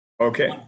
Okay